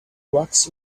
wax